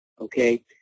okay